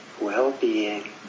well-being